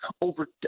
over